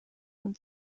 und